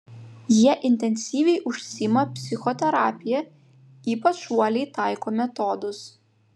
jie intensyviai užsiima psichoterapija ypač uoliai taiko metodus